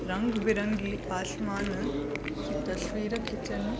रंग बिरंगी आसमान जी तस्वीरु खिचणु